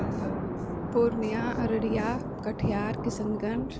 Purnia Araria Katihar Kishanganj